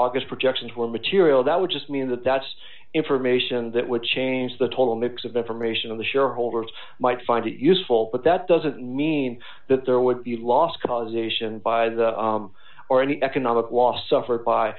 august projections were material that would just mean that that's information that would change the total mix of information of the shareholders might find it useful but that doesn't mean that there would be loss causation buys or any economic loss suffered by